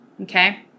Okay